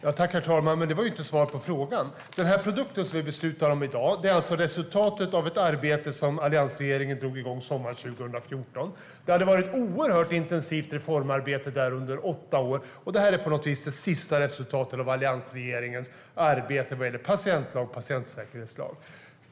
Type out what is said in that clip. Herr talman! Det var ju inte svar på frågan. Produkten som vi beslutar om i dag är alltså resultatet av ett arbete som alliansregeringen drog igång sommaren 2014 efter ett oerhört intensivt reformarbete under åtta år. Det här är på något vis det sista resultatet av alliansregeringens arbete vad gäller patientlag och patientsäkerhetslag.